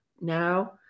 now